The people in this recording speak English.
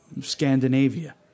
scandinavia